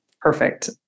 perfect